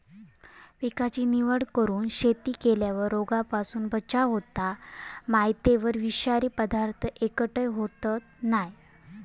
पिकाची निवड करून शेती केल्यार रोगांपासून बचाव होता, मातयेत विषारी पदार्थ एकटय होयत नाय